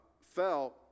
fell